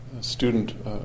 student